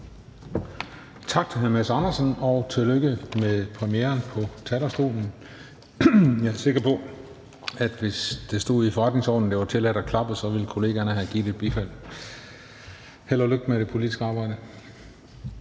Tak til hr. Mads Andersen, og tillykke med premieren på talerstolen. Jeg er sikker på, at hvis det stod i forretningsordenen, at det var tilladt at klappe, ville kollegaerne have givet et bifald. Held og lykke med det politiske arbejde.